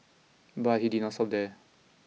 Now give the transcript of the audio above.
but he did not stop there